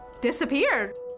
disappeared